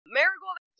Marigold